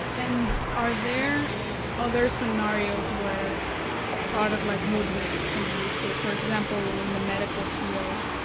and are there other scenarios where a product like moodwings can be useful, for example, in the medical field?